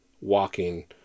walking